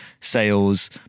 sales